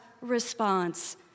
response